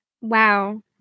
Wow